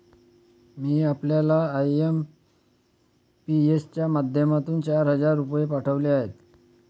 मी आपल्याला आय.एम.पी.एस च्या माध्यमातून चार हजार रुपये पाठवले आहेत